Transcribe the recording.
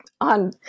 on